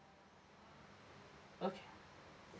okay